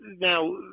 now